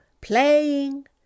playing